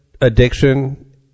addiction